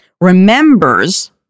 remembers